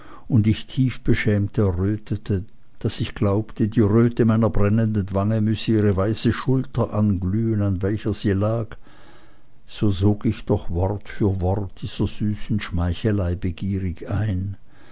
und ich tief beschämt errötete daß ich glaubte die röte meiner brennenden wange müsse ihre weiße schulter anglühen an welcher sie lag so sog ich doch wort für wort dieser süßesten schmeichelei begierig ein